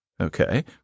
Okay